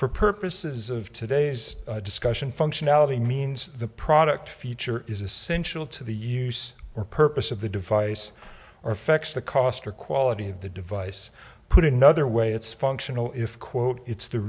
for purposes of today's discussion functionality means the product feature is essential to the use or purpose of the device or affects the cost or quality of the device put it another way it's functional if quote it's the